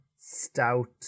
stout